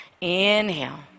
Inhale